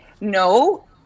No